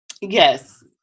Yes